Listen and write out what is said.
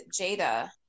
Jada